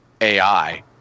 AI